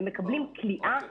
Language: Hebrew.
הם מקבלים כליאה,